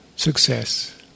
success